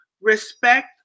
Respect